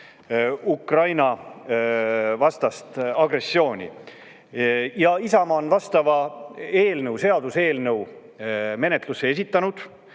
Ukraina-vastast agressiooni. Isamaa on vastava seaduseelnõu menetlusse esitanud,